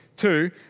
Two